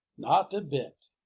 not a bit.